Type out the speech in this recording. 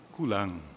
Kulang